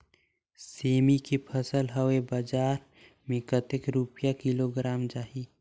सेमी के फसल हवे बजार मे कतेक रुपिया किलोग्राम जाही?